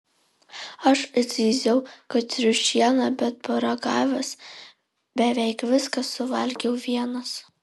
aš zyziau kad triušiena bet paragavęs beveik viską suvalgiau vienas